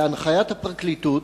בהנחיית הפרקליטות,